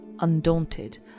Undaunted